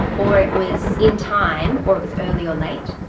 or it was in time or it was early or late.